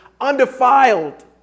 undefiled